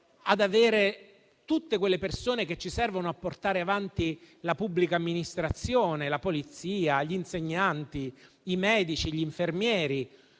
pensate a tutte quelle persone che ci servono a portare avanti la pubblica amministrazione, la polizia, gli insegnanti, i medici, gli infermieri.